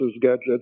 gadgets